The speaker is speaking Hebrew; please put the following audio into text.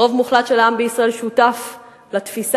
רוב מוחלט של העם בישראל שותף לתפיסה